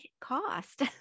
cost